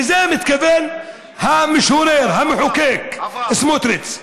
לזה מתכוון המשורר, המחוקק סמוטריץ.